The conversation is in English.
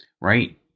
right